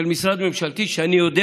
של משרד ממשלתי, שאני יודע